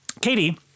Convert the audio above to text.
Katie